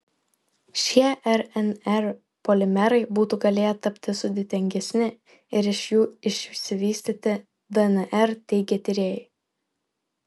šie rnr polimerai būtų galėję tapti sudėtingesni ir iš jų išsivystyti dnr teigia tyrėjai